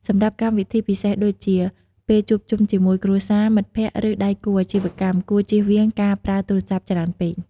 សម្រាប់កម្មវិធីពិសេសដូចជា ពេលជួបជុំជាមួយគ្រួសារ មិត្តភក្តិ ឬដៃគូអាជីវកម្ម គួរជៀសវាងការប្រើទូរស័ព្ទច្រើនពេក។